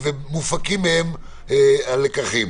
דעת ומופקים מהם הלקחים.